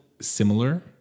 similar